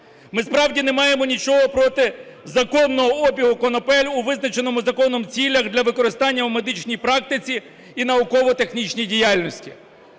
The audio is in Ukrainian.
Ми справді не маємо нічого проти законного обігу конопель у визначеному законом цілях для використання у медичній практиці і науково-технічній діяльності.